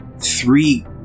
three